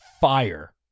fire